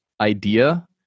idea